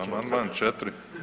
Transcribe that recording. Amandman 4.